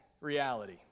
reality